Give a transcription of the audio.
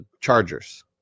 Chargers